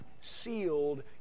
sealed